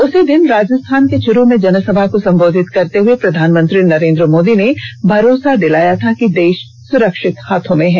उसी दिन राजस्थान में चुरू में जनसभा को संबोधित करते हुए प्रधानमंत्री नरेन्द्र मोदी ने भरोसा दिलाया था कि देश सुरक्षित हाथों में है